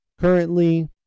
Currently